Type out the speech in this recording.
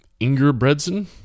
Ingerbredsen